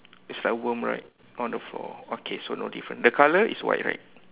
is like a worm right on the floor okay so no different the color is white right